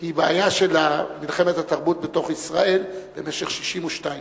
היא בעיה של מלחמת התרבות בתוך ישראל במשך 62 שנים.